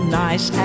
nice